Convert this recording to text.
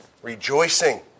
Rejoicing